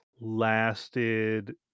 lasted